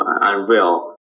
unreal